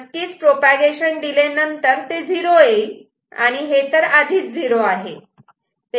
नक्कीच propagation delay नंतर ते झिरो येईल आणि हे तर आधीच 0 आहे